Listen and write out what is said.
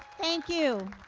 thank you.